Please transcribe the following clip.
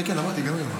כן, כן, אמרתי, גם היום.